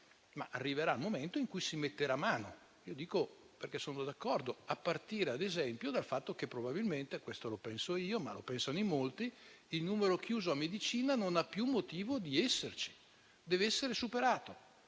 Arriverà il momento in cui si metterà mano e lo dico perché sono d'accordo, a partire ad esempio dal fatto che probabilmente - lo penso io, ma lo pensano in molti - il numero chiuso a medicina non ha più motivo di essere e dev'essere superato.